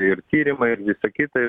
ir tyrimai ir visa kita